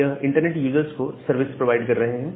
यह internet users को services provide कर रहे हैं